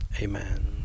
Amen